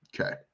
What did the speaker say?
Okay